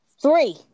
Three